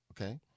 okay